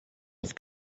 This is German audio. auf